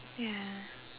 ya